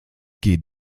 geh